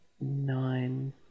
nine